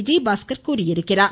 விஜயபாஸ்கர் தெரிவித்திருக்கிறார்